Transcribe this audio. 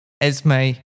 Esme